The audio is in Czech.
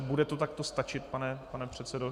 Bude to takto stačit, pane předsedo?